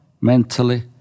mentally